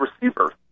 receiver